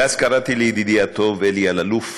ואז קראתי לידידי הטוב אלי אלאלוף,